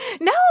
No